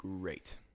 Great